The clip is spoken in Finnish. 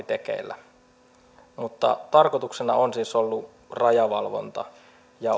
tekeillä tarkoituksena on siis ollut rajavalvonta ja